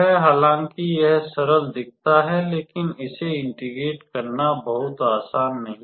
हालांकि यह सरल दिखता है लेकिन इसे इंटीग्रेट करना बहुत आसान नहीं है